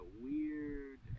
weird